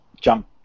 jump